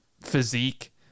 physique